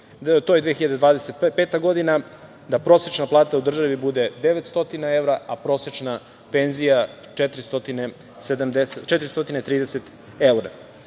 to je da 2025. godine prosečna plata u državi bude 900 evra a prosečna penzija 430